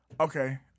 Okay